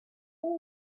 gune